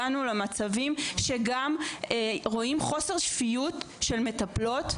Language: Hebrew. הגענו למצבים שגם רואים חוסר שפיות של מטפלות.